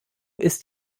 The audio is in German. ist